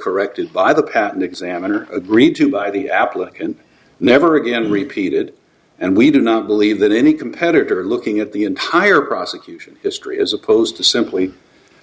corrected by the patent examiner agreed to by the applicant never again repeated and we do not believe that any competitor looking at the entire prosecution history as opposed to simply